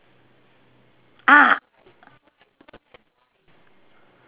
ah